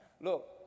look